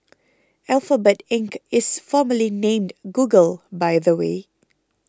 Alphabet Inc is formerly named Google by the way